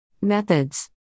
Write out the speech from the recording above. Methods